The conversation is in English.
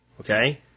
okay